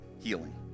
healing